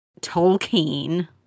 tolkien